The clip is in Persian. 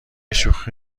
شوخی